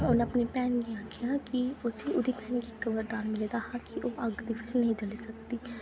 उन अपनी भैनू गी आखेआ की उसी ओह्दी अग्ग वरदान मिले दा हा की ओह् अग्ग दे बिच नेईं जली सकदी